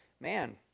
Man